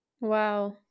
Wow